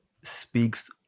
speaks